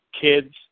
kids